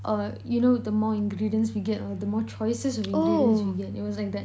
or you know the more ingredients we get or the more choices of ingredients we get it was like that